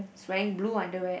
he's wearing blue underwear